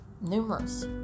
numerous